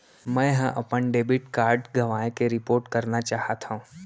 मै हा अपन डेबिट कार्ड गवाएं के रिपोर्ट करना चाहत हव